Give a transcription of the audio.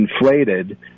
inflated